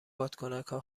بادکنکا